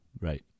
Right